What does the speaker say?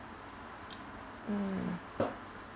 mm